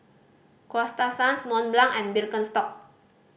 Coasta Sands Mont Blanc and Birkenstock